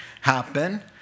happen